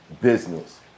business